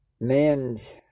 men's